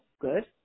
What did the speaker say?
Good